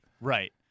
right